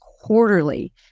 quarterly